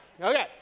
Okay